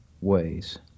ways